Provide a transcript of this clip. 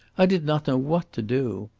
i did not know what to do.